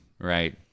Right